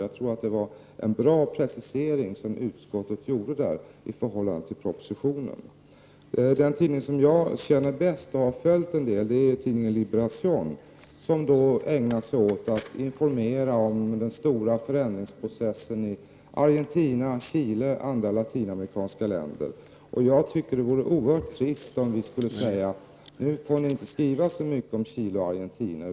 Utskottet gjorde där en bra precisering i förhållande till propositionen. Den tidning som jag känner bäst och har följt en del är tidningen Liberacion som ägnat sig åt att informera om den stora förändringsprocessen i Argentina, Chile och andra latinamerikanska länder. Det vore oerhört trist om vi skulle säga till denna tidning: Nu får ni inte skriva så mycket om Chile och Argentina.